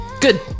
Good